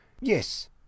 Yes